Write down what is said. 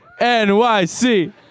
NYC